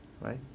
right